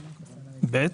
(ב)